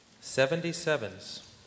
Seventy-sevens